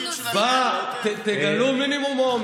הולכים לעשות פה תפקיד של השר --- תגלו מינימום אומץ.